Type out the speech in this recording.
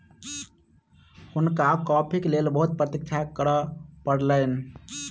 हुनका कॉफ़ीक लेल बहुत प्रतीक्षा करअ पड़लैन